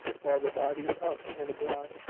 while the body is up and abroad,